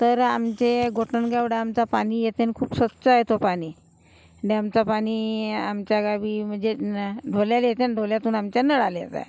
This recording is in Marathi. तर आमचे गोठनगाव डॅमचं पाणी येतं आहे आणि खूप स्वच्छ आहे तो पाणी डॅमचं पाणी आमच्या गावी म्हणजे घोल्याला येते आणि घोल्यातून आमच्या नळाला येतं आहे